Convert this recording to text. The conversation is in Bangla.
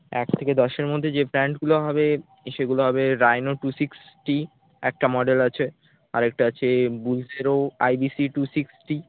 এক থেকে দশের মধ্যে যে ব্র্যান্ডগুলো হবে সেগুলো হবে রাইনো টু সিক্সটি একটা মডেল আছে আরেকটা আছে বোলেরো আইবিসি টু সিক্সটি